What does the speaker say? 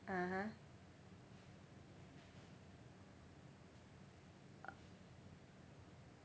(uh huh)